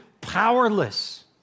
powerless